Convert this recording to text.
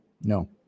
No